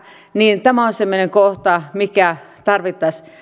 niin tämä on semmoinen kohta mikä tarvittaisiin